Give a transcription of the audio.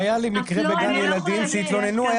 היה לי מקרה בגן ילדים, שהתלוננו.